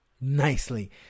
nicely